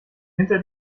hinter